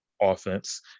Offense